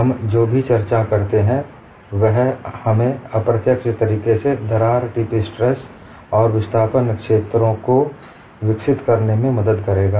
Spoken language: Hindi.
हम जो भी चर्चा करते हैं वह हमें अप्रत्यक्ष तरीके से दरार टिप स्ट्रेस और विस्थापन क्षेत्रों को विकसित करने में मदद करेगा